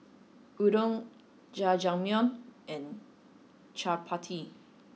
Udon Jajangmyeon and Chapati